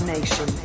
Nation